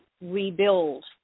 rebuild